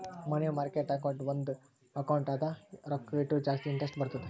ಮನಿ market account ಒಂದ್ account ಅದ ರೊಕ್ಕಾ ಇಟ್ಟುರ ಜಾಸ್ತಿ ಇಂಟರೆಸ್ಟ್ ಬರ್ತುದ್